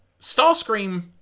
Starscream